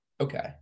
Okay